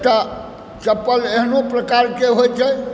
तऽ चप्पल एहनो प्रकारके होइत छै